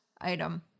item